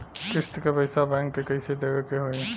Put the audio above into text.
किस्त क पैसा बैंक के कइसे देवे के होई?